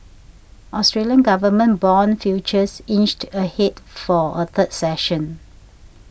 Australian government bond futures inched ahead for a third session